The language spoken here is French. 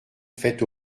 faites